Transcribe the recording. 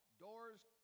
Doors